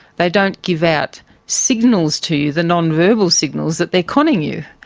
they don't give out signals to you, the non-verbal signals that they are conning you.